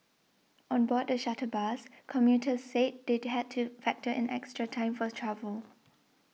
on board the shuttle bus commuters said they had to factor in extra time for the travel